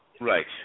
Right